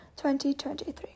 2023